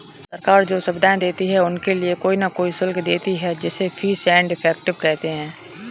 सरकार जो सुविधाएं देती है उनके लिए कोई न कोई शुल्क लेती है जिसे फीस एंड इफेक्टिव कहते हैं